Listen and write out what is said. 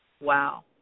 Wow